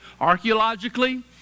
archaeologically